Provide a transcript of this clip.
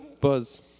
buzz